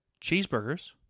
cheeseburgers